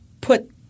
put